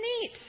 neat